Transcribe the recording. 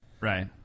Right